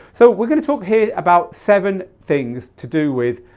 so we're going to talk here about seven things to do with,